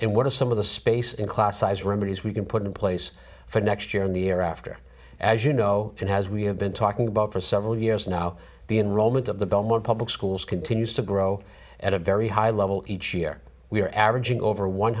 and what are some of the space in class size remedies we can put in place for next year and the year after as you know and as we have been talking about for several years now the enrollment of the belmore public schools continues to grow at a very high level each year we are averaging over one